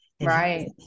Right